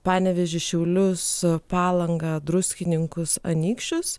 panevėžį šiaulius palangą druskininkus anykščius